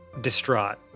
distraught